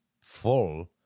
full